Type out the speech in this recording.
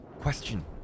question